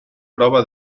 prova